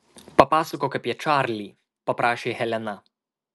papasakok apie čarlį paprašė helena